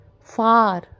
Far